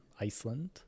Iceland